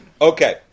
Okay